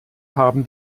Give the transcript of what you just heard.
haben